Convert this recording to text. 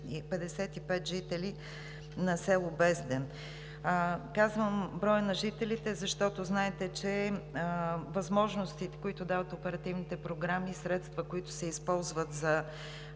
255 жители на село Безден. Казвам броя на жителите, защото знаете, че възможностите, които дават оперативните програми, и средствата, които се използват за